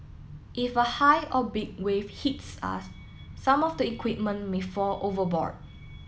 if a high or big wave hits us some of the equipment may fall overboard